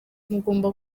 mugomba